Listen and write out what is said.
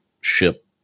ship